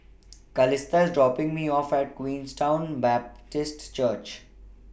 Calista IS dropping Me off At Queenstown Baptist Church